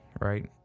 right